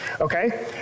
okay